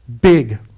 big